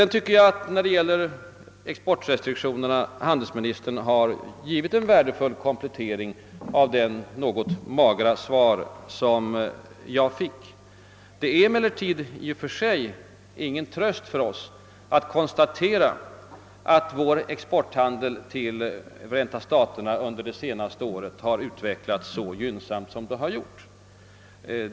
När det gäller importrestriktionerna tycker jag att handelsministern givit en värdefull komplettering av det något magra svar jag fick. Det är emellertid i och för sig ingen tröst för oss att konstatera att vår exporthandel med England under det senaste året utvecklats så gynnsamt som den gjort.